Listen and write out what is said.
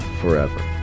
forever